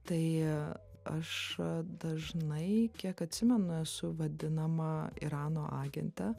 tai aš dažnai kiek atsimenu esu vadinama irano agente